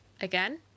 again